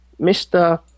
Mr